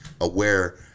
aware